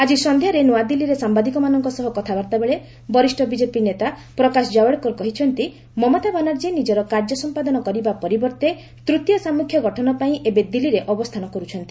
ଆଜି ସନ୍ଧ୍ୟାରେ ନ୍ତଆଦିଲ୍ଲୀରେ ସାମ୍ଭାଦିକମାନଙ୍କ ସହ କଥାବାର୍ତ୍ତାବେଳେ ବରିଷ୍ଣ ବିକେପି ନେତା ପ୍ରକାଶ ଜାବଡେକର କହିଛନ୍ତି ମମତା ବାନାର୍ଜୀ ନିଜର କାର୍ଯ୍ୟ ସମ୍ପାଦନ କରିବା ପରିବର୍ତ୍ତେ ତୃତୀୟ ସାମ୍ମୁଖ୍ୟ ଗଠନପାଇଁ ଏବେ ଦିଲ୍ଲୀରେ ଅବସ୍ଥାନ କରୁଛନ୍ତି